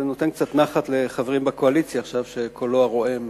זה נותן קצת נחת לחברים בקואליציה עכשיו שקולו הרועם